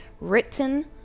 written